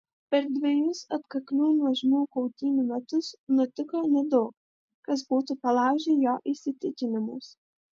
per dvejus atkaklių nuožmių kautynių metus nutiko nedaug kas būtų palaužę jo įsitikinimus